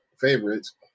favorites